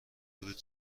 ورود